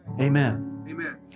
Amen